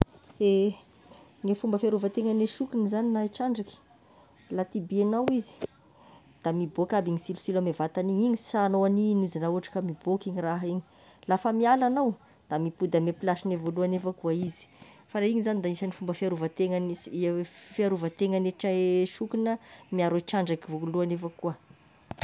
Ehe ny fomba fiarovantenan'gne sokony zagny, na i trandraky, la tibihinao izy da mibôaka aby igny silosilo ammin'ny vatagny igny, igny sy sahagnao hagny izy raha ohatry ka mibôaka igny raha igny, la fa miala agnao da mipody amin'ny plasiny voalohagny avao koa izy, fa raha igny zagny de agnisany fomba fiarovantenan'- sh- fiarovantenan'ny tra- sokona miaro trandraky koa voalohany evao koa.